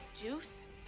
juice